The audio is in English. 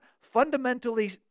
fundamentally